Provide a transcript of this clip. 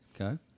Okay